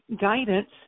guidance